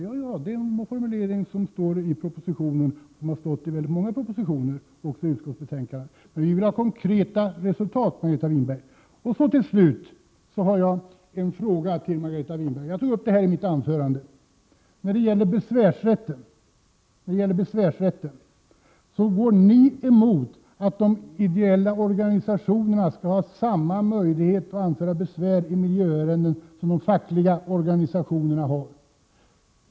Ja, det är en formulering som står i propositionen och som har stått i väldigt många propositioner och också i utskottets betänkande. Men vi vill ha konkreta resultat, Margareta Winberg. Till slut har jag en fråga till Margareta Winberg. I mitt huvudanförande tog jag upp besvärsrätten. Ni går emot att de ideella organisationerna skall ha samma möjlighet att anföra besvär i miljöärenden som de fackliga organisationerna har.